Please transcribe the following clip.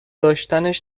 داشتنش